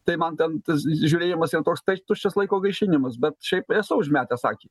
tai man ten tas žiūrėjimas yra toks tuščias laiko gaišinimas bet šiaip esu užmetęs akį